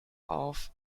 auf